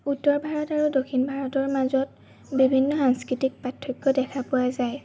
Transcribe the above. উত্তৰ ভাৰত আৰু দক্ষিণ ভাৰতৰ মাজত বিভিন্ন সাংস্কৃতিক পাৰ্থক্য দেখা পোৱা যায়